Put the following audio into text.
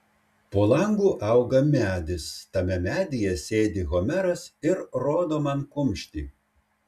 po langu auga medis tame medyje sėdi homeras ir rodo man kumštį